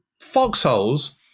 foxholes